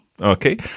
Okay